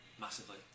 massively